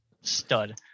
Stud